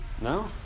No